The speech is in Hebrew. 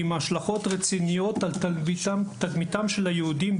עם השלכות רציניות על תדמיתם של היהודים,